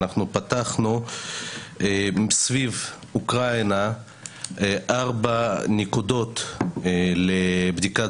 אנחנו פתחנו סביב אוקראינה ארבע נקודות לבדיקת